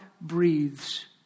breathes